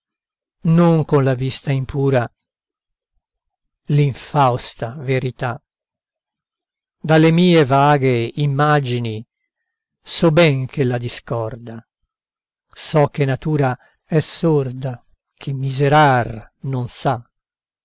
non con la vista impura l'infausta verità dalle mie vaghe immagini so ben ch'ella discorda so che natura è sorda che miserar non sa